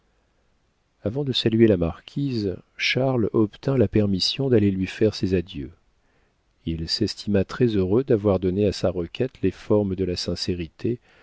avant de saluer la marquise charles obtint la permission d'aller lui faire ses adieux il s'estima très heureux d'avoir donné à sa requête les formes de la sincérité